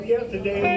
Yesterday